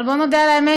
אבל בואו נודה על האמת,